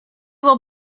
will